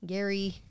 Gary